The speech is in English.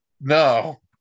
No